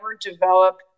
develop